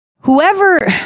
whoever